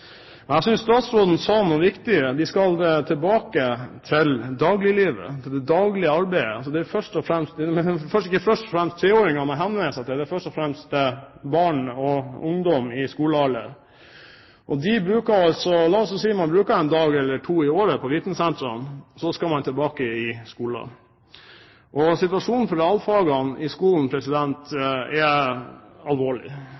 Jeg synes statsråden sa noe viktig: Vi skal tilbake til dagliglivet – til det daglige arbeidet. Det er ikke først og fremst treåringer man henvender seg til, men barn og ungdom i skolealder. La oss si at man bruker en dag eller to i året på vitensenteret, og så skal man tilbake til skolen. Situasjonen for realfagene i skolen er alvorlig.